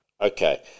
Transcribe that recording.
Okay